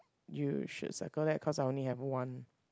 you should circle that cause I only have one